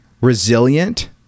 Resilient